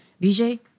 BJ